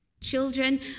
Children